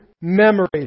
memory